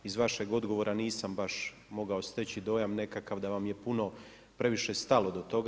Iz vašeg odgovora nisam baš mogao steći dojam nekakav da vam je puno previše stalo do toga.